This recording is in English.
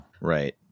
right